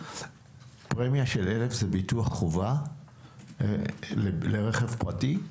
פרמיה של אלף זה ביטוח חובה לרכב פרטי?